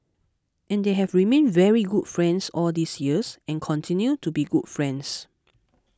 and they have remained very good friends all these years and continue to be good friends